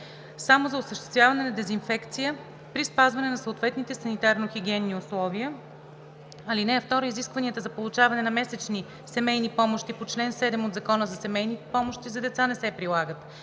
само за осъществяване на дезинфекция при спазване на съответните санитарно-хигиенни изисквания. (2) Изискванията за получаване на месечни семейни помощи по чл. 7 от Закона за семейни помощи за деца не се прилагат.